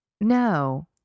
No